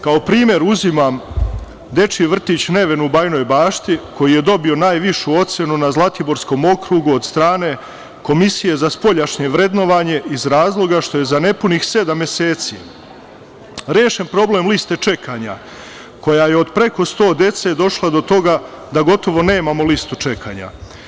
Kao primer, uzimam dečiji vrtić „Neven“ u Bajinoj Bašti, koji je dobio najvišu ocenu u Zlatiborskom okrugu od strane Komisije za spoljašnje vrednovanje iz razloga što je za nepunih sedam meseci rešen problem liste čekanja koja je od preko 100 dece došla do toga da gotovo nemamo listu čekanja.